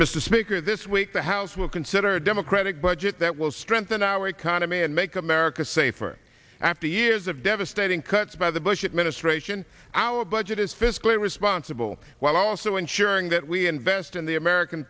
mr speaker this week the house will consider democratic budget that will strengthen our economy and make america safer after years of devastating cuts by the bush administration our budget is fiscally responsible while also ensuring that we invest in the american